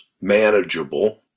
manageable